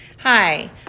Hi